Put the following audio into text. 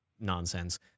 nonsense